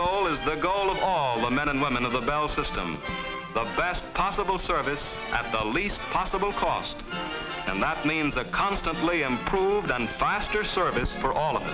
goal is the goal of the men and women of the bell system the best possible service at the least possible cost and that means a constantly improve done faster service for all of